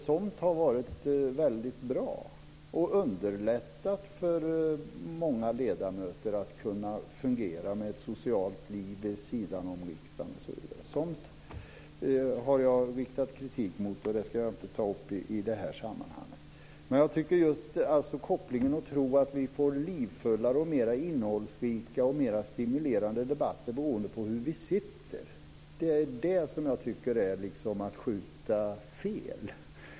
Somt har varit väldigt bra och har underlättat för många ledamöter att kunna fungera med ett socialt liv vid sidan av riksdagen, osv. Somt har jag riktat kritik mot. Det ska jag inte ta upp i det här sammanhanget. Att göra kopplingen att tro att vi får livfullare och mer innehållsrika och stimulerande debatter beroende på hur vi sitter är att skjuta fel.